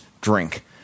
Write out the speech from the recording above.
drink